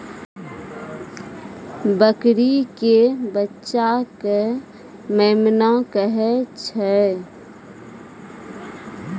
बकरी के बच्चा कॅ मेमना कहै छै